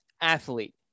athlete